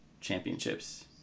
championships